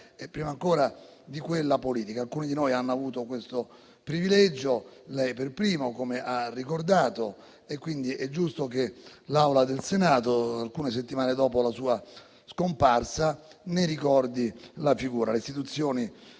e, prima ancora, di quella politica. Alcuni di noi hanno avuto questo privilegio, lei per primo, come ha ricordato. Quindi è giusto che l'Aula del Senato, alcune settimane dopo la sua scomparsa, ne ricordi la figura. Le istituzioni